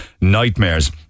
nightmares